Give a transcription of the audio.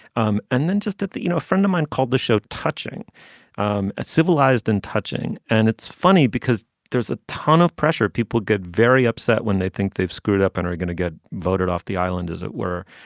um and then just at that you know a friend of mine called the show touching um a civilized and touching and it's funny because there's a ton of pressure. people get very upset when they think they've screwed up and are gonna get voted off the island as it were.